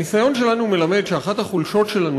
הניסיון שלנו מלמד שאחת החולשות שלנו